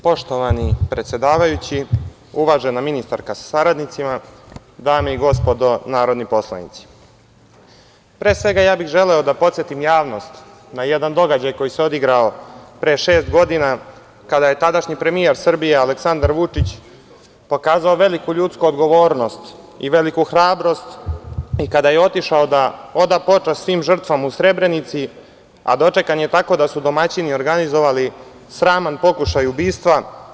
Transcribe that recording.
Poštovani predsedavajući, uvažena ministarka sa saradnicima, dame i gospodo narodni poslanici, pre svega bih želeo da podsetim javnost na jedan događaj koji se odigrao pre šest godina kada je tadašnji premijer Srbije Aleksandar Vučić pokazao veliku ljudsku odgovornost i veliku hrabrost i kada je otišao da oda počast svih žrtvama u Srebrenici, a dočekan je tako da su domaćini organizovali sraman pokušaj ubistva.